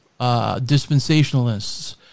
dispensationalists